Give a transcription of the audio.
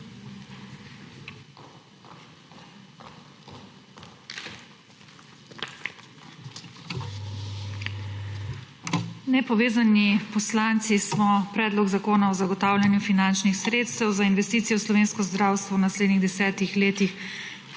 Nepovezani poslanci smo predlog zakona o zagotavljanju finančnih sredstev za investicije v slovensko zdravstvo v naslednjih desetih letih